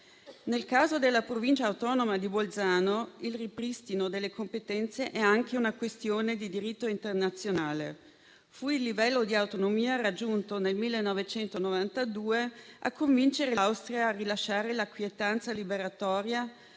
Nel caso della Provincia autonoma di Bolzano il ripristino delle competenze è anche una questione di diritto internazionale. Fu il livello di autonomia raggiunto nel 1992 a convincere l'Austria a rilasciare la quietanza liberatoria,